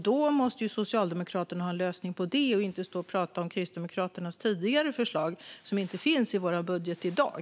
Då måste ju Socialdemokraterna ha en lösning på detta och inte stå och prata om Kristdemokraternas tidigare förslag, som inte finns i vår budget i dag.